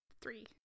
Three